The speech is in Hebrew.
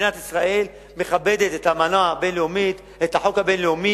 מדינת ישראל מכבדת את האמנה הבין-לאומית ואת החוק הבין-לאומי,